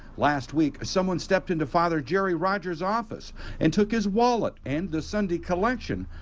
last week someone stepped into father jerry rogers' office and took his wallet and the sunday collection,